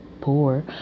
poor